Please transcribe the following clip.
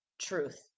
truth